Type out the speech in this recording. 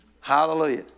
Hallelujah